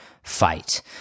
fight